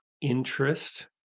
interest